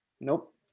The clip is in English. Nope